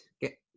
get